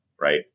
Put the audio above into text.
Right